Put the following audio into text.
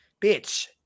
bitch